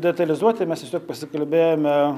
detalizuoti mes tiesiog pasikalbėjome